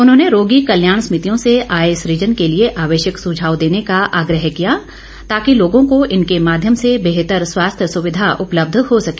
उन्होंने रोगी कल्याण समितियों से आय सूजन के लिए आवश्यक सुझाव देने का आग्रह किया ताकि लोगों को इनके माध्यम से बेहतर स्वास्थ्य सुविधा उपलब्ध हो सके